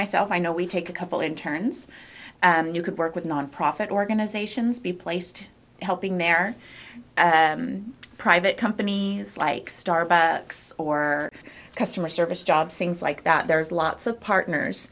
myself i know we take a couple in turns you could work with nonprofit organizations be placed helping their private companies like starbucks or customer service jobs things like that there is lots of partners